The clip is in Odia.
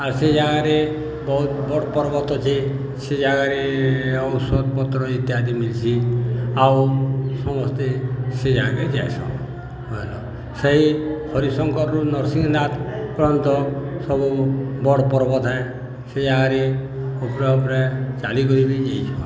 ଆର୍ ସେ ଜାଗାରେ ବହୁତ ବଡ଼ ପର୍ବତ ଅଛି ସେ ଜାଗାରେ ଔଷଧ ପତ୍ର ଇତ୍ୟାଦି ମିଲ୍ସି ଆଉ ସମସ୍ତେ ସେ ଜାଗାକେ ଯାଏସନ୍ ସେଇ ହରିଶଙ୍କରରୁ ନୃର୍ସିଂହନାଥ ପର୍ଯ୍ୟନ୍ତ ସବୁ ବଡ଼ ପର୍ବ ଥାଏ ସେ ଜାଗାରେ ଉପରେ ଉପରେ ଚାଲି କରି ବି ଯାଏସନ୍